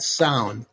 sound